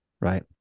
right